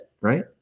right